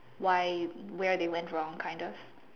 why where they went wrong kind of